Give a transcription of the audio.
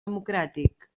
democràtic